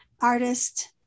artist